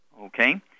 Okay